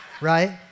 right